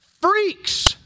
freaks